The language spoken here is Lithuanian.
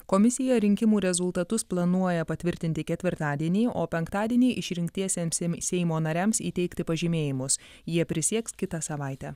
komisija rinkimų rezultatus planuoja patvirtinti ketvirtadienį o penktadienį išrinktiesiems seimo nariams įteikti pažymėjimus jie prisieks kitą savaitę